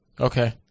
Okay